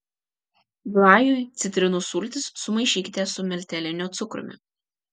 glajui citrinų sultis sumaišykite su milteliniu cukrumi